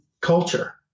culture